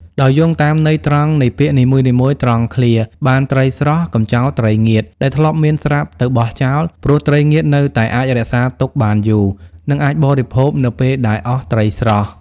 ដោយយោងតាមន័យត្រង់នៃពាក្យនីមួយៗ ត្រង់ឃ្លា បានត្រីស្រស់ កុំចោលត្រីងៀតដែលធ្លាប់មានស្រាប់ទៅបោះចោល ព្រោះត្រីងៀតនៅតែអាចរក្សាទុកបានយូរ និងអាចបរិភោគនៅពេលដែលអត់ត្រីស្រស់។